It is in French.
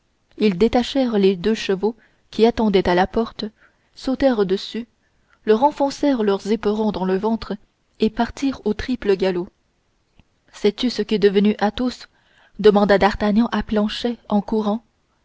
ils détachèrent les deux chevaux qui attendaient à la porte sautèrent dessus leur enfoncèrent leurs éperons dans le ventre et partirent au triple galop sais-tu ce qu'est devenu athos demanda d'artagnan à planchet en courant